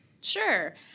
Sure